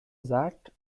sagt